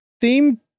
theme